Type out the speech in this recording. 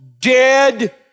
dead